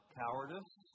cowardice